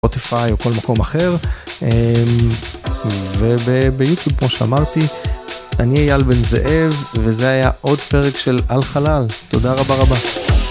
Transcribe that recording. בספוטיפיי או כל מקום אחר, וביוטיוב כמו שאמרתי, אני אייל בן זאב וזה היה עוד פרק של על חלל תודה רבה רבה.